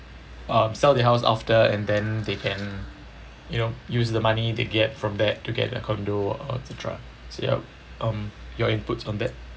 um sell the house after and then they can you know use the money they get from there to get a condo or et cetera so yup um your inputs on that